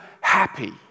happy